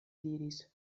diris